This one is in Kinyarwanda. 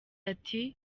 ati